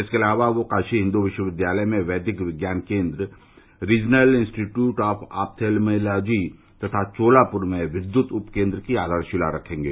इसके अलावा वह काशी हिन्दू विश्वविद्यालय में वैदिक विज्ञान केन्द्र रीजनल इन्स्टीट्यूट ऑपथेल्मेलॉजी तथा चोलापुर में विद्युत उपकेन्द्र की आधार शिला रखेंगे